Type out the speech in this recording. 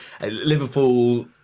Liverpool